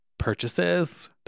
Purchases